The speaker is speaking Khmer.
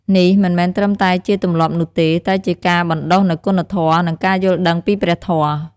នេះមិនមែនត្រឹមតែជាទម្លាប់នោះទេ តែជាការបណ្តុះនូវគុណធម៌ និងការយល់ដឹងពីព្រះធម៌។